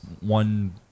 one